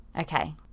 okay